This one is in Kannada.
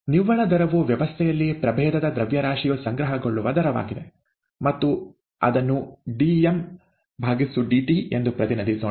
ನಿವ್ವಳ ದರವು ವ್ಯವಸ್ಥೆಯಲ್ಲಿ ಪ್ರಭೇದದ ದ್ರವ್ಯರಾಶಿಯು ಸಂಗ್ರಹಗೊಳ್ಳುವ ದರವಾಗಿದೆ ಮತ್ತು ಅದನ್ನು dmdt ಎಂದು ಪ್ರತಿನಿಧಿಸೋಣ